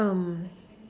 um